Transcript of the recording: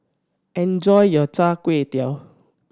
enjoy your chai